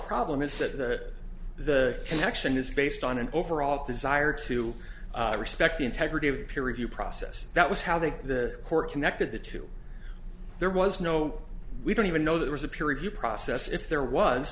problem is that the connection is based on an overall desire to respect the integrity of the peer review process that was how they the court connected the two there was no we don't even know there was a peer review process if there was